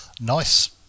nice